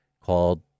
called